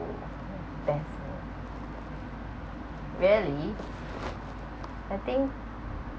best meal really I think